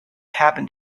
happened